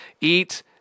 eat